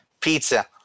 Pizza